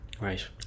Right